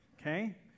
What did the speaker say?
Okay